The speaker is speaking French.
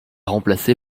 remplacé